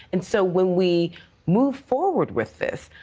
and so when we move forward with this,